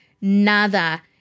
nada